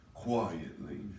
quietly